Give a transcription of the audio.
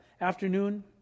afternoon